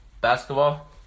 basketball